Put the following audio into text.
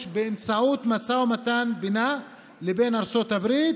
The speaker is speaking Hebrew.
באמצעות משא ומתן בינה לבין ארצות הברית,